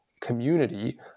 community